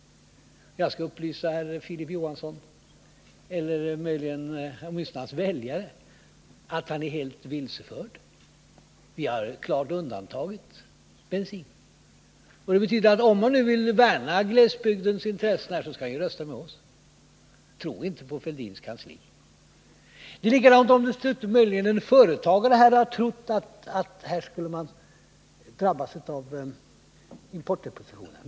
Jag skall upplysa Filip Johansson — eller åtminstone hans väljare — om att han är helt vilseförd. Vi har klart undantagit bensinen. Det innebär att man, om man nu vill värna om glesbygdens intressen, skall rösta med oss. Tro inte på Fälldins kansli! Företagare har trott att de skulle drabbas av importdepositionerna.